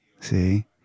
see